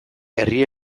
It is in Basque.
herri